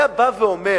היה בא ואומר: